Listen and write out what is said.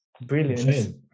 brilliant